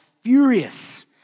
furious